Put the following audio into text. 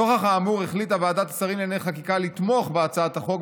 נוכח האמור החליטה ועדת השרים לענייני חקיקה לתמוך בהצעת החוק,